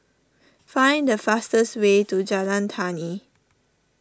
find the fastest way to Jalan Tani